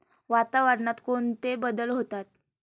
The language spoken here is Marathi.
वातावरणात कोणते बदल होतात?